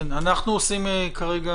אנחנו עושים כרגע,